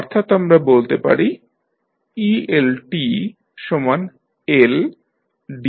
অর্থাৎ আমরা বলতে পারি eLtLdidt